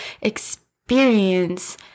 experience